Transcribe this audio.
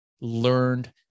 learned